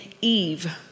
Eve